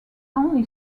only